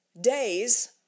days